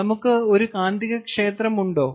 നമുക്ക് കാന്തികക്ഷേത്രം ഉണ്ടോ